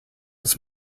its